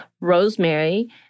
rosemary